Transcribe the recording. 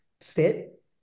fit